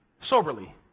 soberly